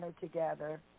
together